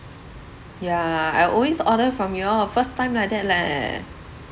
yeah I always order from you all first time like that leh